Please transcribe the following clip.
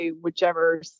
whichever